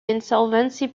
insolvency